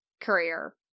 career